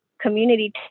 community